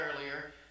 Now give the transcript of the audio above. earlier